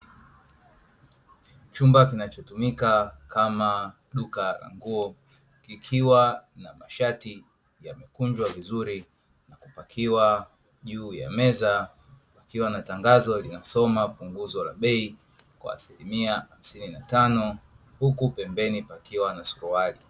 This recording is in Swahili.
Chumba kinachotumika kama duka la nguo kikiwa na mashati yamekunjwa vizuri na kupakiwa juu ya meza, kukiwa na tangazo linasoma punguzo la bei kwa asilimia hamsini na tano; huku pembeni pakiwa na suruali.